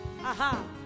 Aha